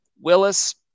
Willis